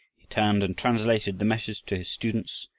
he turned and translated the message to his students,